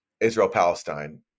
Israel-Palestine